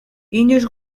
inoiz